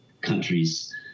countries